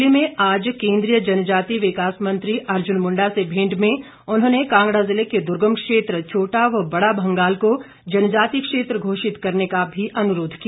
नई दिल्ली में आज केंद्रीय जनजाति विकास मंत्री अर्जुन मुंडा से भेंट में उन्होंने कांगड़ा जिले के द्र्गम क्षेत्र छोटा व बड़ा भंगाल को जनजाति क्षेत्र घोषित करने का भी अनुरोध किया